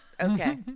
Okay